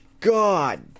God